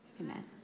Amen